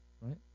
Right